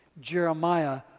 Jeremiah